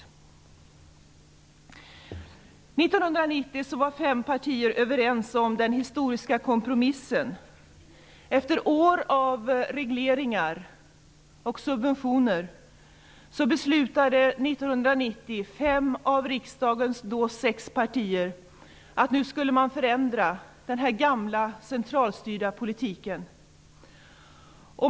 1990 var fem av riksdagens sex partier överens i den historiska kompromissen. Efter år av regleringar och subventioner beslutade fem av riksdagens sex partier 1990 att man skulle förändra den gamla centralstyrda politiken.